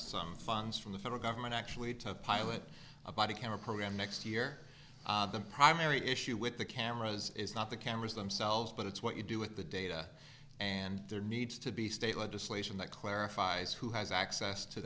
some funds from the federal government actually to pilot a body camera program next year the primary issue with the cameras is not the cameras themselves but it's what you do with the data and there needs to be state legislation that clarifies who has access to